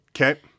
Okay